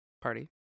party